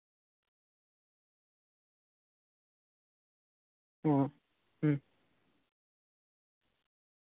ᱚ ᱦᱩᱸ